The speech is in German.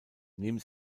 neben